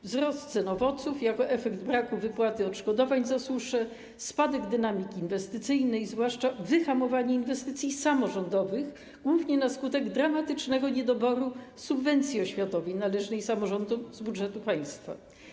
Wzrost cen owoców jako efekt braku wypłaty odszkodowań za suszę, spadek dynamiki inwestycyjnej, zwłaszcza wyhamowanie inwestycji samorządowych, głównie na skutek dramatycznego niedoboru subwencji oświatowej należnej samorządom z budżetu państwa.